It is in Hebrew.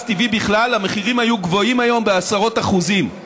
טבעי בכלל המחירים היו גבוהים היום בעשרות אחוזים.